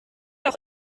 auch